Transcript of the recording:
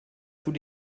tous